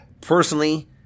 personally